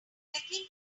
clicking